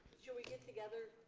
should we get together,